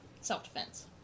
self-defense